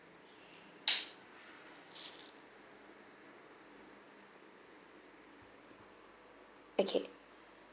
okay